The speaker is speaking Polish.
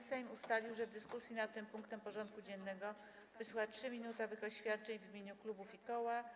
Sejm ustalił, że w dyskusji nad tym punktem porządku dziennego wysłucha 3-minutowych oświadczeń w imieniu klubów i koła.